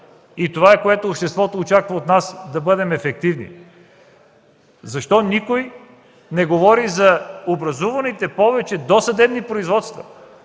и това е, което обществото очаква от нас – да бъдем ефективни. Защо никой не говори за образуваните повече досъдебни производства,